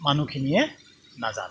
মানুহখিনিয়ে নাজানে